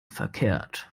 verkehrt